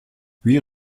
huit